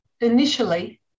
initially